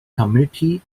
community